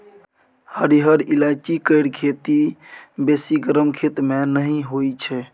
हरिहर ईलाइची केर खेती बेसी गरम खेत मे नहि होइ छै